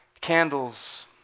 candles